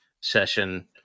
session